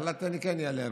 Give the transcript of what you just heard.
החלטתי שאני כן אעלה,